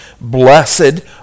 blessed